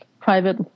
private